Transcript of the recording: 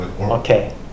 Okay